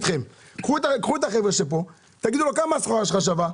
קחו את החבר'ה שפה, תראו כמה הסחורה שלהם שווה.